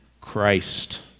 Christ